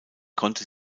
konnte